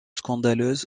scandaleuse